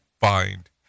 find